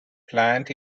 plant